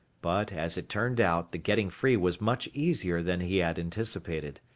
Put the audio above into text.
but as it turned out, the getting free was much easier than he had anticipated.